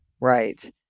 Right